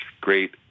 great